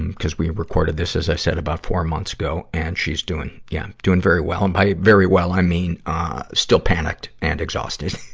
and we recorded this, as i said, about four months ago. and she's doing, yeah, doing very well. and by very well, i mean ah still panicked and exhausted.